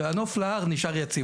והנוף להר נשאר יציב,